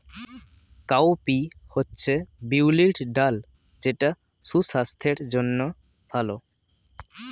cowpea হচ্ছে বিউলির ডাল যেটা সুস্বাস্থ্যের জন্য ভালো